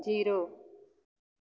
zero